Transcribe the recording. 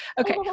Okay